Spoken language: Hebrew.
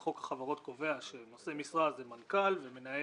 וחוק החברות קובע שנושאי משרה זה מנכ"ל ומנהל